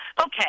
Okay